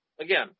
again